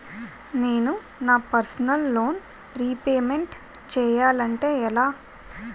నేను నా personal loan repayment చేయాలంటే ఎలా?